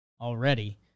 already